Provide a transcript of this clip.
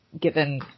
given